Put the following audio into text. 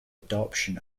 adoption